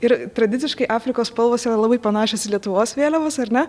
ir tradiciškai afrikos spalvos yra labai panašios į lietuvos vėliavos ar ne